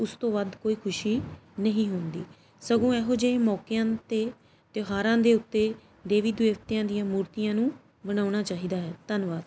ਉਸ ਤੋਂ ਵੱਧ ਕੋਈ ਖੁਸ਼ੀ ਨਹੀਂ ਹੁੰਦੀ ਸਗੋਂ ਇਹੋ ਜਿਹੇ ਮੌਕਿਆਂ 'ਤੇ ਤਿਉਹਾਰਾਂ ਦੇ ਉੱਤੇ ਦੇਵੀ ਦੇਵਤਿਆਂ ਦੀਆਂ ਮੂਰਤੀਆਂ ਨੂੰ ਬਣਾਉਣਾ ਚਾਹੀਦਾ ਹੈ ਧੰਨਵਾਦ